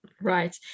Right